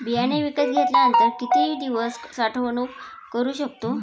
बियाणे विकत घेतल्यानंतर किती दिवस साठवणूक करू शकतो?